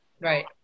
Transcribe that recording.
Right